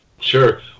Sure